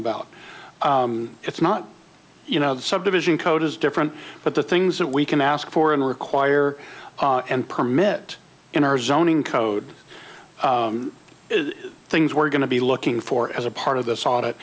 about it's not you know the subdivision code is different but the things that we can ask for and require and permit in our zoning code is things we're going to be looking for as a part of this audit